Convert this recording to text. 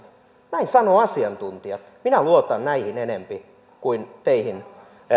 näin sanovat asiantuntijat minä luotan näihin enempi kuin teihin